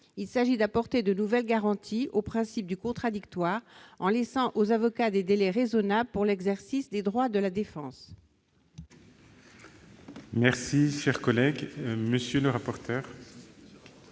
Il s'agit d'apporter de nouvelles garanties au principe du contradictoire, en laissant aux avocats des délais raisonnables pour l'exercice des droits de la défense. Quel est l'avis de la